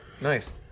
Nice